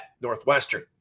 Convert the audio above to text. Northwestern